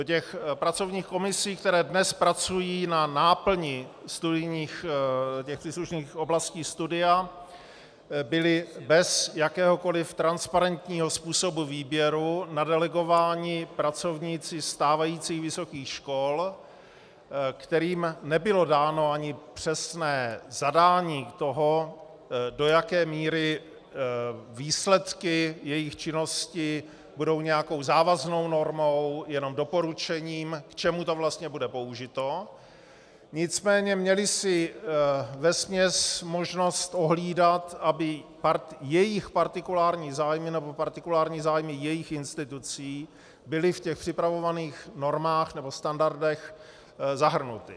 Do pracovních komisí, které dnes pracují na náplni příslušných oblastí studia, byli bez jakéhokoli transparentního způsobu výběru nadelegováni pracovníci stávajících vysokých škol, kterým nebylo dáno ani přesné zadání toho, do jaké míry výsledky jejich činnosti budou nějakou závaznou normou jenom doporučením, k čemu to vlastně bude použito, nicméně měli si vesměs možnost ohlídat, aby jejich partikulární zájmy nebo partikulární zájmy jejich institucí byly v připravovaných normách nebo standardech zahrnuty.